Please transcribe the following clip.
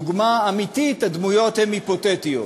הדוגמה אמיתית, הדמויות היפותטיות: